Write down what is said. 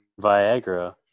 Viagra